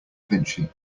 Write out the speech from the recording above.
vinci